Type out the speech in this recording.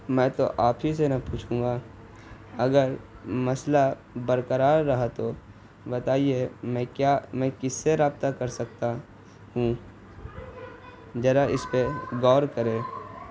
میں تو آپ ہی سے نا پوچھوں گا اگر مسئلہ برقرار رہا تو بتائیے میں کیا میں کس سے رابطہ کر سکتا ہوں ذرا اس پہ غور کریں